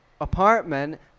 apartment